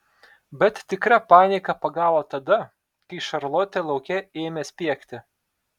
bet tikra panika pagavo tada kai šarlotė lauke ėmė spiegti